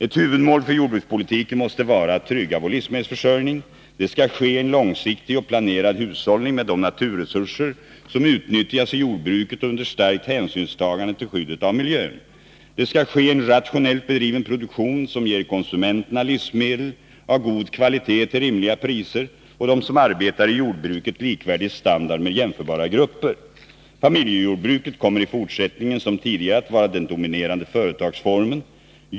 Ett huvudmål för jordbrukspolitiken måste vara att trygga vår livsmedelsförsörjning. Detta skall ske i en långsiktig och planerad hushållning med de naturresurser som utnyttjas i jordbruket och under starkt hänsynstagande till skyddet av miljön. Det skall ske i en rationellt bedriven produktion som ger konsumenterna livsmedel av god kvalitet till rimliga priser och dem som arbetar i jordbruket likvärdig standard med jämförbara grupper. Familjejordbruket kommer i fortsättningen som tidigare att vara den dominerande företagsformen.